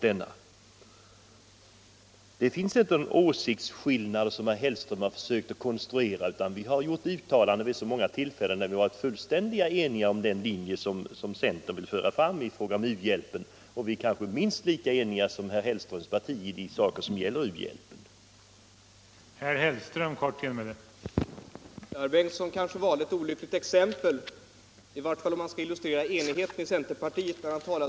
Inom centern finns det inte några sådana åsiktsskillnader som herr Hellström har försökt konstruera. Vi har gjort uttalanden vid så många tillfällen när vi har varit fullständigt eniga om den linje som centern velat föra fram på det här området. Vi är nog minst lika eniga som herr Hellströms parti i de frågor som gäller u-hjälpen.